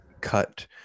cut